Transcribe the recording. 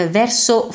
verso